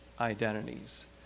identities